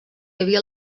havia